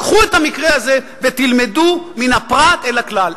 קחו את המקרה הזה ותלמדו מן הפרט אל הכלל,